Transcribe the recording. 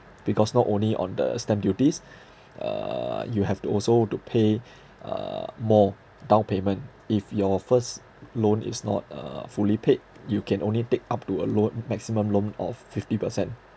because not only on the stamp duties uh you have to also to pay uh more down payment if your first loan is not uh fully paid you can only take up to a loan maximum loan of fifty percent